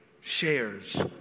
shares